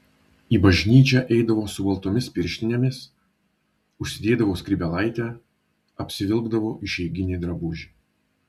į bažnyčią eidavo su baltomis pirštinėmis užsidėdavo skrybėlaitę apsivilkdavo išeiginį drabužį